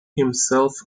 himself